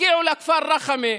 הגיעו לכפר רח'מה,